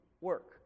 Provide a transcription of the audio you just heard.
work